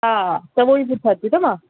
हा त उहेई पुछां थी मां